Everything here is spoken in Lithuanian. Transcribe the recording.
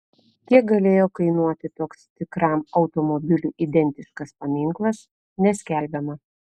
kiek galėjo kainuoti toks tikram automobiliui identiškas paminklas neskelbiama